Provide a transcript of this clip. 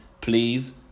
Please